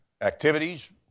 activities